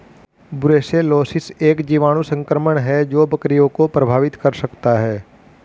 brucellosis एक जीवाणु संक्रमण है जो बकरियों को प्रभावित कर सकता है